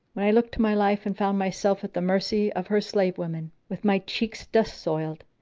when i looked to my life and found myself at the mercy of her slave women, with my cheeks dust soiled,